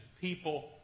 people